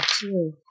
two